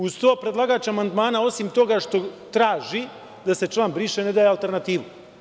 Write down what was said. Uz to, predlagač amandmana, osim toga što traži da se član briše, ne daje alternativu.